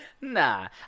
Nah